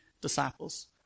disciples